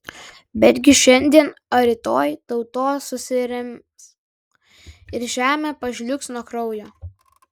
betgi šiandien ar rytoj tautos susirems ir žemė pažliugs nuo kraujo